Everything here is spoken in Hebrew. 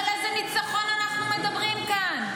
מה קשור משיחיים?